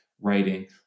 writing